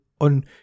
on